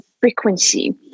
frequency